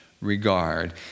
regard